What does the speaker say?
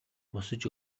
босож